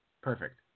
perfect